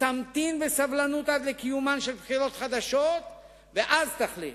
תמתין בסבלנות עד לקיומן של בחירות חדשות ואז תחליט.